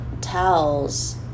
towels